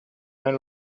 nel